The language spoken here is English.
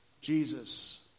Jesus